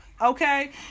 Okay